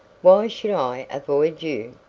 why should i avoid you?